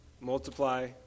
multiply